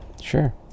Sure